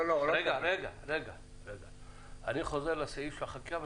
אני חוזר לסעיף של החקיקה.